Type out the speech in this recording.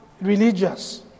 religious